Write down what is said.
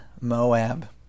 Moab